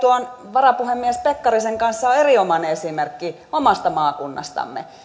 varapuhemies pekkarisen kanssa on erinomainen esimerkki omasta maakunnastamme